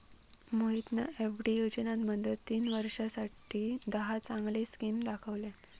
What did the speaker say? मोहितना एफ.डी योजनांमधना तीन वर्षांसाठी दहा चांगले स्किम दाखवल्यान